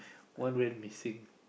one went missing